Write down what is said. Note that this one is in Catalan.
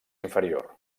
inferior